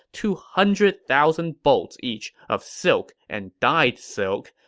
two hundred thousand bolts each of silk and dyed silk,